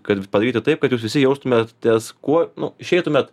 kad padaryti taip kad jūs visi jaustumėtės kuo nu išeitumėt